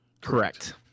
Correct